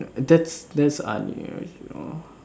that's that's unusual